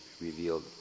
revealed